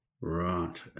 Right